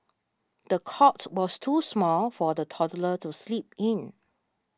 the cot was too small for the toddler to sleep in